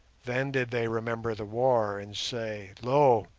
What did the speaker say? then did they remember the war and say, lo!